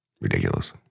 Ridiculous